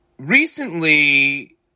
Recently